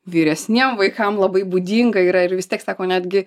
vyresniem vaikam labai būdinga yra ir vis tiek sako netgi